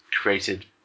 created